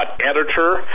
editor